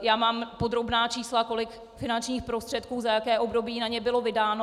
Já mám podrobná čísla, kolik finančních prostředků za jaké období na ně bylo vydáno.